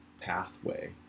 pathway